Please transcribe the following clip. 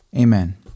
Amen